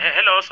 Hello